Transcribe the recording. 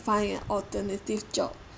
find a alternative job